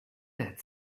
that